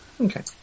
Okay